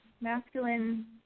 masculine